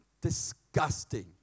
disgusting